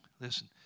Listen